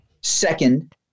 Second